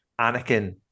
Anakin